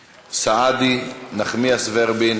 סעדי, נחמיאס ורבין,